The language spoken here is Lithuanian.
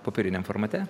popieriniam formate